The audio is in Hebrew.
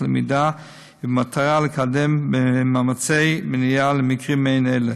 למידה ובמטרה לקדם מאמצי מניעה במקרים מעין אלה.